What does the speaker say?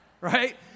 Right